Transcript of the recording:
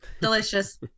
delicious